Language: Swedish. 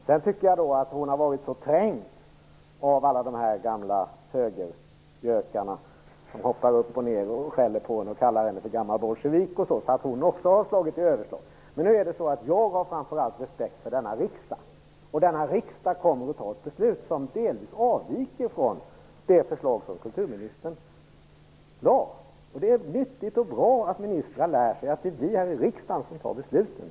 I det här fallet har hon kanske varit så trängd av alla gamla högergökar som hoppar upp och ner och skäller på henne och kallar henne för gammal bolsjevik att hon också har slagit över. Jag har ändå framför allt respekt för denna riksdag, och denna riksdag kommer att fatta ett beslut som delvis avviker från det förslag som kulturministern lade fram. Det är nyttigt och bra att ministrar lär sig att det är vi här i riksdagen som fattar besluten.